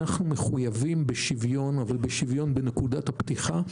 אנו מחויבים בשוויון, בנקודת הפתיחה,